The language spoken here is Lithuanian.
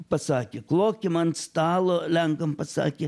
pasakė klokim ant stalo lenkam pasakė